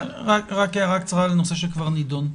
הערה קצרה על נושא שכבר נידון,